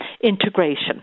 integration